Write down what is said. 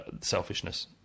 selfishness